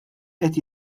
qed